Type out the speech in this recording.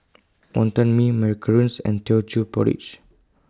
Wonton Mee Macarons and Teochew Porridge